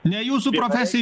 ne jūsų profesij